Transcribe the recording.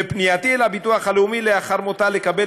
בפנייתי אל הביטוח הלאומי לאחר מותה לקבל